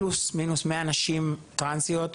פלוס מינוס 100 נשים טרסניות,